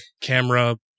camera